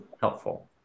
helpful